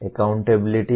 accountability